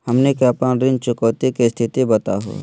हमनी के अपन ऋण चुकौती के स्थिति बताहु हो?